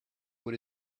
what